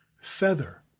Feather